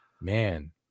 man